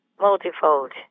multifold